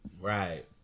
Right